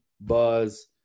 buzz